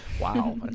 Wow